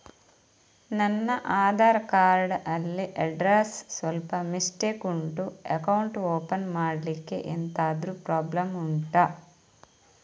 ನನ್ನ ಆಧಾರ್ ಕಾರ್ಡ್ ಅಲ್ಲಿ ಅಡ್ರೆಸ್ ಸ್ವಲ್ಪ ಮಿಸ್ಟೇಕ್ ಉಂಟು ಅಕೌಂಟ್ ಓಪನ್ ಮಾಡ್ಲಿಕ್ಕೆ ಎಂತಾದ್ರು ಪ್ರಾಬ್ಲಮ್ ಉಂಟಾ